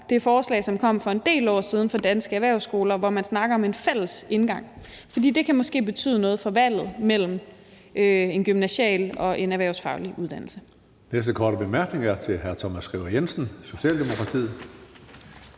det forslag, som kom for en del år siden fra danske erhvervsskoler, hvor man snakker om en fælles indgang. For det kan måske betyde noget for valget mellem en gymnasial og en erhvervsfaglig uddannelse.